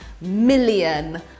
million